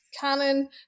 canon